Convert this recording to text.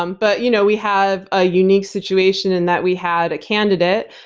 um but you know we have a unique situation in that we had a candidate,